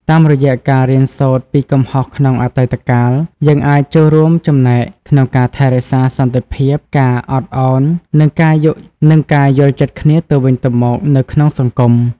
តាមរយៈការរៀនសូត្រពីកំហុសក្នុងអតីតកាល យើងអាចចូលរួមចំណែកក្នុងការថែរក្សាសន្តិភាព ការអត់អោន និងការយល់ចិត្តគ្នាទៅវិញទៅមកនៅក្នុងសង្គម។